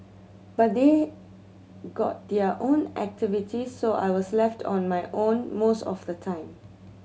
but they got their own activities so I was left on my own most of the time